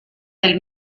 del